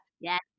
Yes